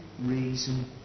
reason